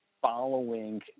following